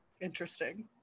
Interesting